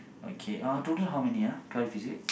okay uh total how many ah twelve is it